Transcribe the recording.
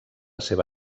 seva